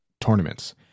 tournaments